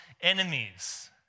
enemies